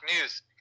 news